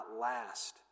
last